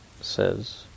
says